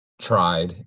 tried